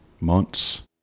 months